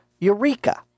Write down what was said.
Eureka